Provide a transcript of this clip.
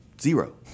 Zero